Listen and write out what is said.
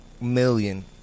million